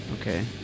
okay